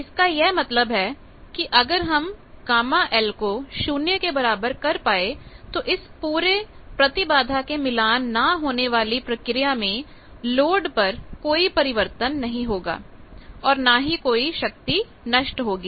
इसका यह मतलब है कि अगर हम γL को 0 के बराबर कर पाए तो इस पूरे प्रतिबाधा के मिलान ना होने वाली प्रक्रिया में लोड पर कोई परिवर्तन नहीं होगा और ना ही कोई शक्ति नष्ट होगी